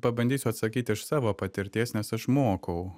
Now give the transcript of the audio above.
pabandysiu atsakyti iš savo patirties nes aš mokau